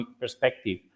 perspective